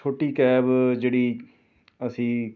ਛੋਟੀ ਕੈਬ ਜਿਹੜੀ ਅਸੀਂ